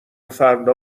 فردا